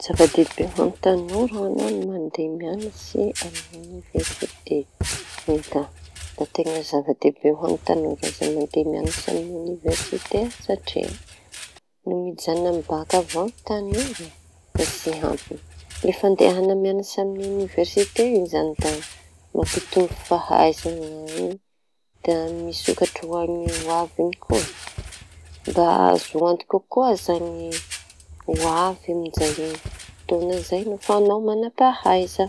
Zava-dehibe ho any tanora ho añao ny mandeh mianatsy amin'ny oniversite. Eka, da teña zava-dehibe ho any tanora aza ny mandeha mianatsy amin'ny oniversite satria no mijanona amin'ny bak avao i tanora da tsy ampy. Ny fandehana mianatsy amin'ny oniversite iñy izañy da mampitombo fahaiizañy, da misokatry ho any hoaviñy koa. Da azo antoky koa izañy ho avy amizay fotoana zay refa añao mana pahaiza.